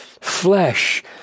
flesh